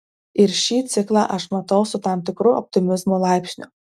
ir šį ciklą aš matau su tam tikru optimizmo laipsniu